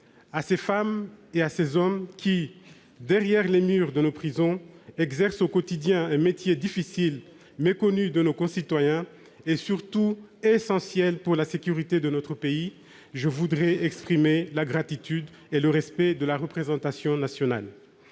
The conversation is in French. À ces femmes et à ces hommes qui, derrière les murs de nos prisons, exercent au quotidien un métier difficile, méconnu de nos concitoyens et pourtant essentiel à la sécurité de notre pays, je veux exprimer la gratitude et le respect de la représentation nationale.